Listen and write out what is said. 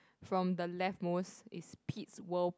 from the left most is Pete's world